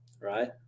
right